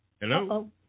Hello